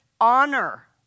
honor